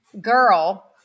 girl